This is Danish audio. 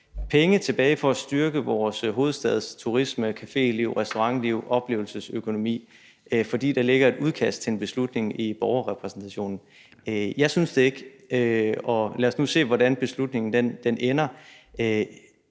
penge tilbage for at styrke vores hovedstads turisme, caféliv, restaurantliv og oplevelsesøkonomi, fordi der ligger et udkast til en beslutning i borgerrepræsentationen? Jeg synes det ikke, og lad os nu se, hvordan beslutningen ender.